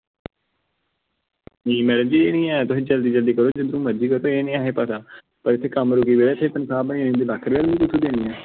नेईं मैडम जी एह् निं ऐ तुस जल्दी जल्दी करो तुस जित्थें मरजी ते असेंगी निं पता इत्थें कम्म रुके दे में कुत्थुं देने पैसे